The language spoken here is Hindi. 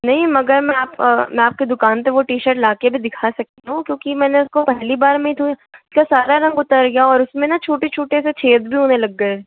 नहीं मगर मैं आप मैं आपकी दुकान पर वो टी शर्ट लाकर भी दिखा सकती हूँ क्योंकि मैंने उसको पहली बार में ही धोया तो सारा रंग उतर गया और उसमें से छोटे छोटे से छेद भी होने लग गए